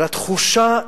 ולתחושה